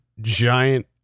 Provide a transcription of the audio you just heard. giant